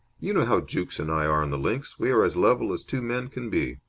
you know how jukes and i are on the links. we are as level as two men can be.